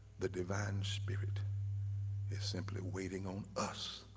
the divine spirit is simply waiting on us